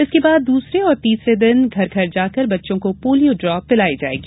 उसके बाद दूसरे और तीसरे दिन घर घर जाकर बच्चों को पोलियो ड्राप पिलाई जाएगी